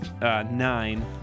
nine